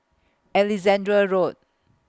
Alexandra Road